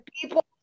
people